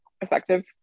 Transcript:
effective